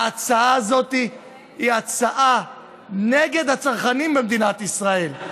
ההצעה הזאת היא הצעה נגד הצרכנים במדינת ישראל.